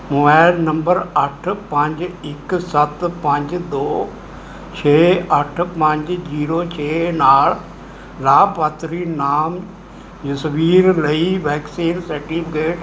mobile number ਅੱਠ ਪੰਜ ਇੱਕ ਸੱਤ ਪੰਜ ਦੋ ਛੇ ਅੱਠ ਪੰਜ ਜ਼ੀਰੋ ਛੇ ਨਾਲ ਲਾਭਪਾਤਰੀ ਨਾਮ ਜਸਬੀਰ ਲਈ ਵੈਕਸੀਨ ਸਰਟੀਫਿਕੇਟ